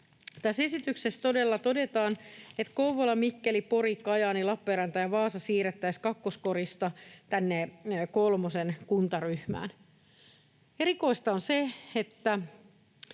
Tässä esityksessä todella todetaan, että Kouvola, Mikkeli, Pori, Kajaani, Lappeenranta ja Vaasa siirrettäisiin kakkoskorista tänne kolmosen kuntaryhmään. Erikoista on se, että